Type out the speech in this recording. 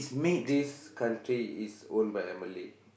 this country is owned by a Malay